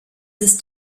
ist